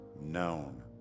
known